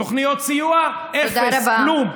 תוכניות סיוע, אפס, כלום.